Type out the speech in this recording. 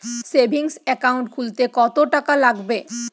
Savings account খুলতে কতটাকা লাগবে?